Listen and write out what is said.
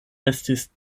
estis